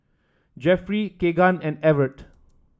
Jeffry Kegan and Evert